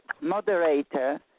moderator